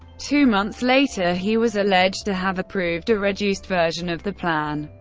two months later, he was alleged to have approved a reduced version of the plan,